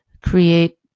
create